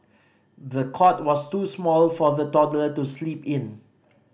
the cot was too small for the toddler to sleep in